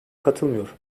katılmıyor